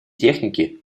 техники